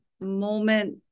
moment